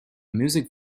music